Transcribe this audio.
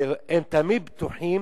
והם תמיד בטוחים